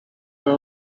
veo